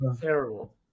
terrible